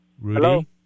Rudy